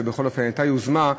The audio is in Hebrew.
שבכל אופן הייתה יוזמה,